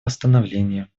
восстановление